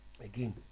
again